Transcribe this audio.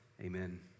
amen